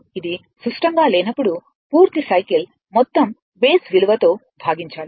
ఇది సుష్టంగా లేనప్పుడు పూర్తి సైకిల్ మొత్తం బేస్ విలువ తో భాగించాలి